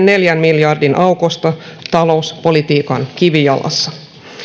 neljän miljardin aukosta talouspolitiikan kivijalassa